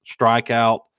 strikeout